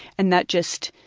and that just